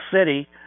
city